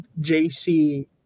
JC